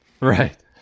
Right